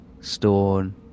stone